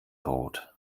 brot